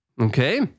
Okay